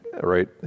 Right